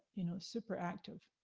you know, super active.